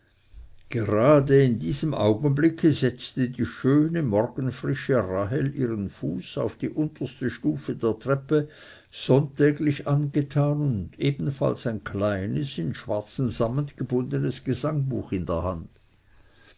gerade in diesem augenblicke setzte die schöne morgenfrische rahel ihren fuß auf die unterste stufe der treppe sonntäglich angetan und ebenfalls ein kleines in schwarzen sammet gebundenes gesangbuch in der hand